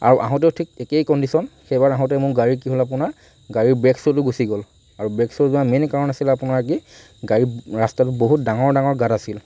আৰু আহোঁতেও ঠিক একেই কণ্ডিশ্যন সেইবাৰ আহোঁতে মোৰ গাড়ীৰ কি হ'ল আপোনাৰ গাড়ীৰ ব্ৰেক চোটো গুছি গ'ল আৰু ব্ৰেক চো যোৱাৰ মেইন কাৰণটো আছিলে আপোনাৰ কি গাড়ী ৰাস্তাটোত বহুত ডাঙৰ ডাঙৰ গাঁত আছিল